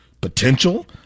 potential